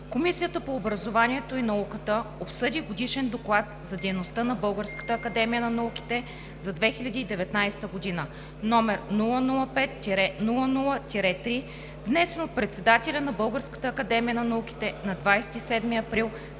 Комисията по образованието и науката обсъди Годишен доклад за дейността на Българската академия на науките за 2019 г., № 005 00 3, внесен от председателя на Българската академия на науките на 27 април